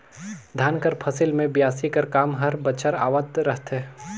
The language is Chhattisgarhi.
धान कर फसिल मे बियासी कर काम हर बछर आवत रहथे